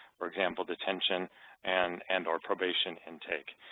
for example detention and and or probation intake.